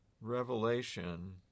Revelation